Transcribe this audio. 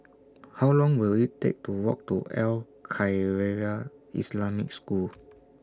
How Long Will IT Take to Walk to Al Khairiah Islamic School